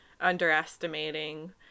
underestimating